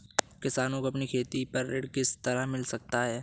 किसानों को अपनी खेती पर ऋण किस तरह मिल सकता है?